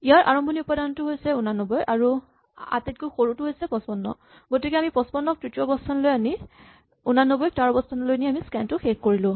ইয়াৰ আৰম্ভণিৰ উপাদানটো ৮৯ আৰু আটাইতকৈ সৰুটো ৫৫ গতিকে আমি ৫৫ ক তৃতীয় অৱস্হানলৈ আমি ৮৯ ক তাৰ অৱস্হানলৈ নি আমি স্কেন টো শেষ কৰিলো